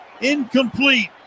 Incomplete